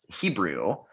Hebrew